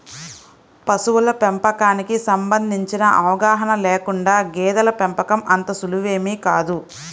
పశువుల పెంపకానికి సంబంధించిన అవగాహన లేకుండా గేదెల పెంపకం అంత సులువేమీ కాదు